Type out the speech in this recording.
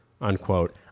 unquote